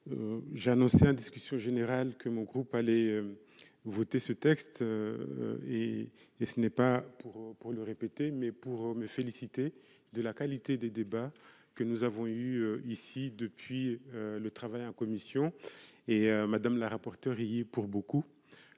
j'ai annoncé en discussion générale que mon groupe aller voter ce texte et et ce n'est pas pour pour le répéter mais pour me féliciter de la qualité des débats que nous avons eu ici depuis le travail en commission et Madame la rapporteure y est pour beaucoup,